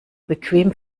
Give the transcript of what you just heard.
bequem